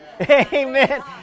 Amen